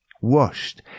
washed